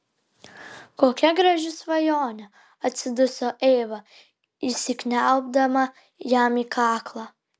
kokia graži svajonė atsiduso eiva įsikniaubdama jam į kaklą